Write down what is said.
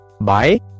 Bye